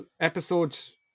episodes